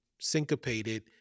syncopated